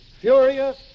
furious